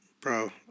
Bro